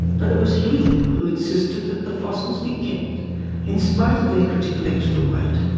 but it was he who insisted that the fossils be kept in spite of their critical extra weight.